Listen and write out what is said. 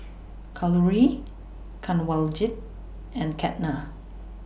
Kalluri Kanwaljit and Ketna